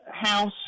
house